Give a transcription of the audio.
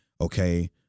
okay